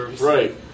Right